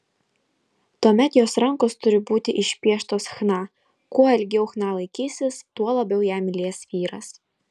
tuomet jos rankos turi būti išpieštos chna kuo ilgiau chna laikysis tuo labiau ją mylės vyras